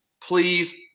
Please